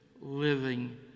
living